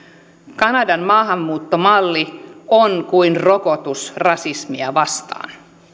kanadan maahanmuuttomalli on kuin rokotus rasismia vastaan